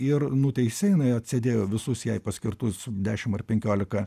ir nuteisė jinai atsėdėjo visus jai paskirtus dešim ar penkiolika